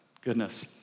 Goodness